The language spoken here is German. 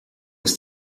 ist